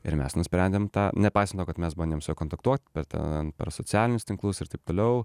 ir mes nusprendėm tą nepaisant to kad mes bandėm kontaktuot per ten per socialinius tinklus ir taip toliau